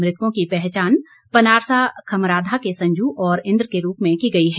मृतकों की पहचान पनारसा खमराधा के संजू और इंद्र के रूप में की गई है